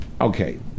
Okay